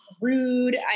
rude